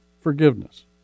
forgiveness